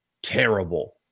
Terrible